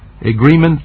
agreement